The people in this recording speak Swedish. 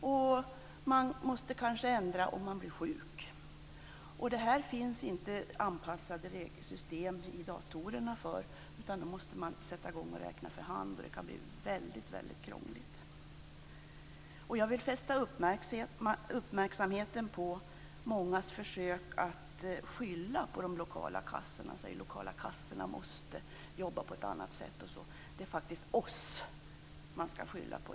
Kanske måste man också ändra om man blir sjuk. För detta finns det inte anpassade regelsystem i datorerna, utan man måste då räkna för hand. Det kan bli väldigt krångligt. Jag vill fästa uppmärksamheten på mångas försök att skylla på de lokala kassorna. Man säger att de lokala kassorna måste jobba på ett annat sätt osv. Men det är faktiskt oss man skall skylla på.